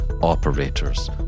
operators